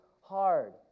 hard